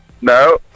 No